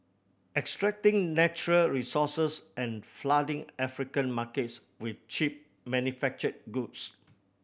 extracting natural resources and flooding African markets with cheap manufactured goods